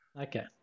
Okay